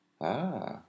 Ah